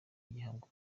gihabwa